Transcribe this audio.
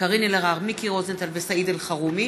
קארין אלהרר, מיקי רוזנטל וסעיד אלחרומי